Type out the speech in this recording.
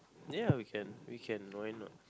ya we can we can why not